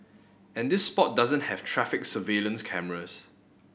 and this spot doesn't have traffic surveillance cameras